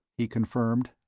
he confirmed.